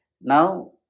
now